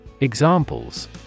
Examples